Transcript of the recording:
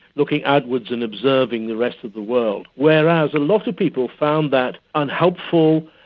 looking outwards and observing the rest of the world, whereas a lot of people found that unhelpful,